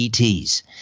ETs